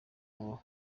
ngo